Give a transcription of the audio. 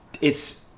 It's-